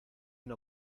una